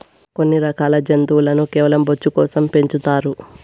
కొన్ని రకాల జంతువులను కేవలం బొచ్చు కోసం పెంచుతారు